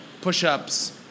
push-ups